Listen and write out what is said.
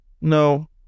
No